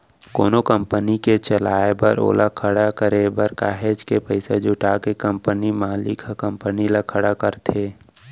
कोनो कंपनी के चलाए बर ओला खड़े करे बर काहेच के पइसा जुटा के कंपनी मालिक ह कंपनी ल खड़ा करथे